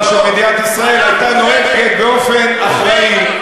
בעבר של מדינת ישראל, הייתה נוהגת באופן אחראי.